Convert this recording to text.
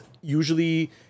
usually